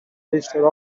register